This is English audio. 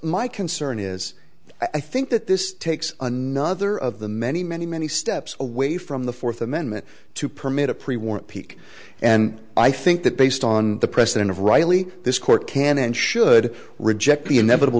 my concern is i think that this takes another of the many many many steps away from the fourth amendment to permit a prewar peak and i think that based on the president of riley this court can and should reject the inevitable